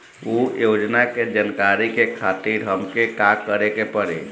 उ योजना के जानकारी के खातिर हमके का करे के पड़ी?